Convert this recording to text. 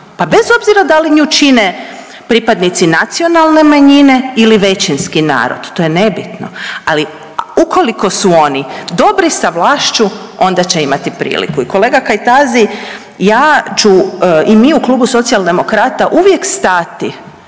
pa bez obzira da li nju čine pripadnici nacionalne manjine ili većinski narod. To je nebitno. Ali ukoliko su oni dobri sa vlašću onda će imati priliku. I kolega Kajtazi ja ću i mi u klubu Socijaldemokrata uvijek stati